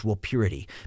Purity